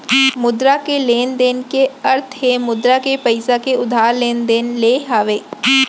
मुद्रा के लेन देन के अरथ हे मुद्रा के पइसा के उधार लेन देन ले हावय